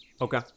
Okay